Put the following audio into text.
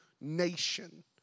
nation